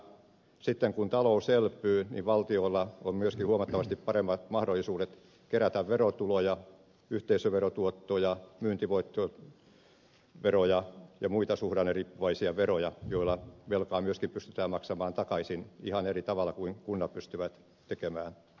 sitten kun talous elpyy valtiolla on myöskin huomattavasti paremmat mahdollisuudet kerätä verotuloja yhteisöverotuottoja myyntivoittoveroja ja muita suhdanneriippuvaisia veroja joilla velkaa myöskin pystytään maksamaan takaisin ihan eri tavalla kuin kunnat pystyvät tekemään